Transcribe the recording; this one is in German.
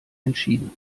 entschieden